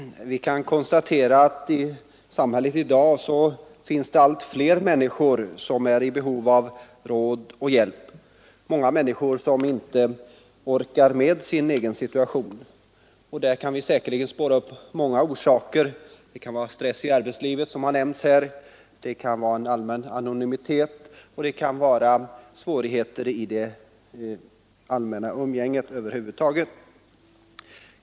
Herr talman! Vi kan konstatera att det i samhället i dag finns allt fler människor som är i behov av råd och hjälp, människor som inte orkar med sin egen situation. Där kan vi säkerligen spåra många orsaker. Det kan vara stress i arbetslivet, som har nämnts här, det kan vara en allmän anonymitet och det kan vara svårigheter i det allmänna umgänget över huvud taget.